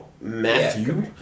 Matthew